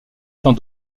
étant